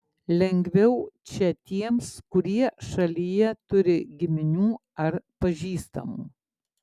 lengviau čia tiems kurie šalyje turi giminių ar pažįstamų